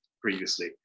previously